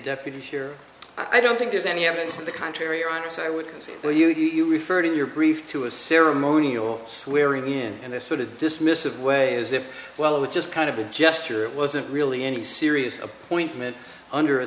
deputy sheriff i don't think there's any evidence to the contrary i'm so i would say well you refer to your brief to a ceremonial swearing in and this sort of dismissive way as if well it was just kind of a gesture it wasn't really any serious appointment under a